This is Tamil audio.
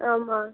ஆமா